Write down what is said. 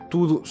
Tudo